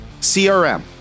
CRM